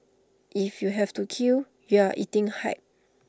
if you have to queue you are eating hype